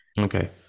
Okay